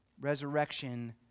Resurrection